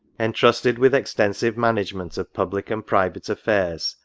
entrusted with extensive management of public and private affairs,